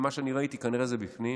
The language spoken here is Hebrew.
ממה שאני ראיתי, כנראה זה בפנים,